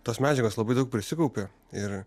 tos medžiagos labai daug prisikaupė ir